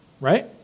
Right